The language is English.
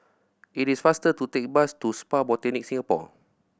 it is faster to take the bus to Spa Botanica Singapore